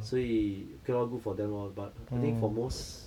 所以 okay lor good for them lor but I think for most